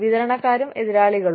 വിതരണക്കാരും എതിരാളികളും